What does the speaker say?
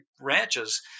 ranches